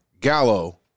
Gallo